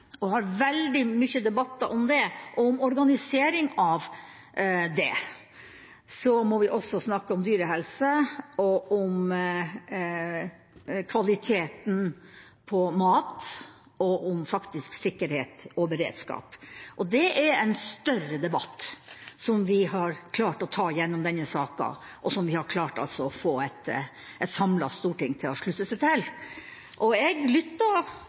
og har veldig mange debatter om den og om organisering på det området, må vi også snakke om dyrehelse og om kvaliteten på mat og faktisk også om sikkerhet og beredskap. Det er en større debatt, som vi har klart å ta gjennom denne saka, og som vi altså har klart å få et samlet storting til å slutte seg til. Jeg